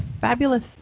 fabulous